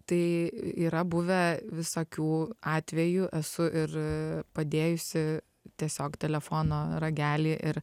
tai yra buvę visokių atvejų esu ir padėjusi tiesiog telefono ragelį ir